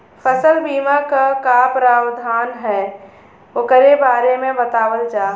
फसल बीमा क का प्रावधान हैं वोकरे बारे में बतावल जा?